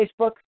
Facebook